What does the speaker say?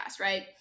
Right